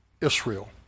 Israel